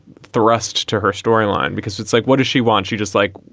thrust to her storyline because it's like, what does she want you just like.